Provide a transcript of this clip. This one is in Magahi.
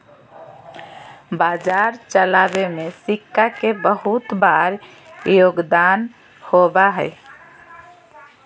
बाजार चलावे में सिक्का के बहुत बार योगदान होबा हई